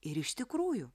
ir iš tikrųjų